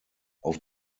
auf